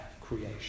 creation